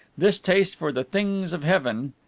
this taste for the things of heaven,